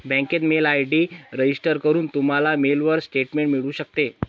बँकेत mail ID register करून, तुम्हाला मेलवर स्टेटमेंट मिळू शकते